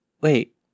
Wait